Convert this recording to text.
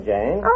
Jane